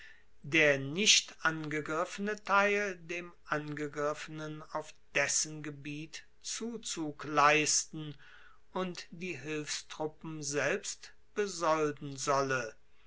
der nicht angegriffene teil dem angegriffenen auf dessen gebiet zuzug leisten und die hilfstruppen selbst besolden solle